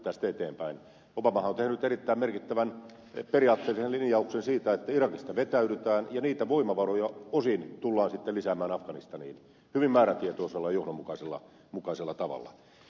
obamahan on tehnyt erittäin merkittävän periaatteellisen linjauksen siitä että irakista vetäydytään ja niitä voimavaroja osin tullaan sitten lisäämään afganistaniin hyvin määrätietoisella ja johdonmukaisella tavalla